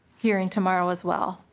hearing tomorrow as well.